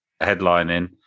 headlining